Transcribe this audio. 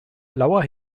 blauer